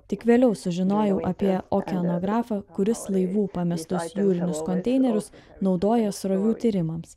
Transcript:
tik vėliau sužinojau apie okeanografą kuris laivų pamestus jūrinius konteinerius naudoja srovių tyrimams